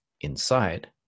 inside